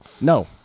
no